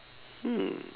hmm